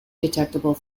detectable